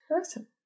Awesome